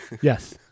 yes